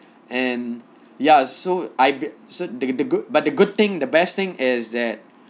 and ya so I so the the good but the good thing the best thing is that